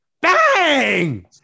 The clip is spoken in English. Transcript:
Bang